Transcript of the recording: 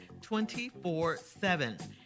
24-7